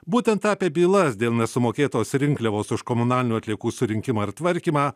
būtent apie bylas dėl nesumokėtos rinkliavos už komunalinių atliekų surinkimą ir tvarkymą